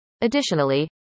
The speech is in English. Additionally